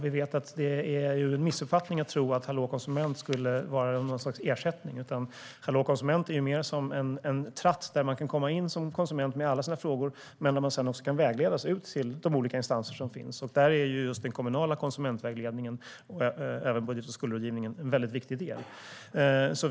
Det är en missuppfattning att Hallå konsument skulle vara något slags ersättning, utan det är mer som en tratt där man som konsument kan komma med alla sina frågor och sedan vägledas ut till de olika instanser som finns. Där är den kommunala konsumentrådgivningen och även budget och skuldrådgivningen viktiga delar.